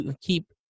keep